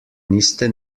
niste